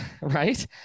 right